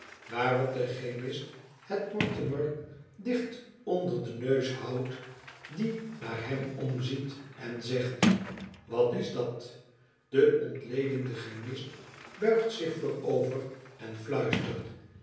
waarop de chemist het mortimer dicht onder den neus houdt die naar hem omziet en zegt wat is dat de ontledende chemist buigt zich voorover en fluistert